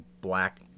black